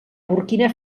burkina